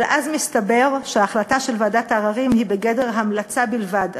אבל אז מסתבר שההחלטה של ועדת העררים היא בגדר המלצה בלבד.